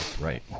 Right